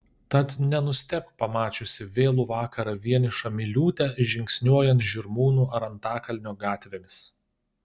tad nenustebk pamačiusi vėlų vakarą vienišą miliūtę žingsniuojant žirmūnų ar antakalnio gatvėmis